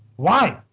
why?